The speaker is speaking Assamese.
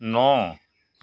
ন